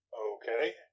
Okay